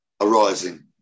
arising